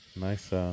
nice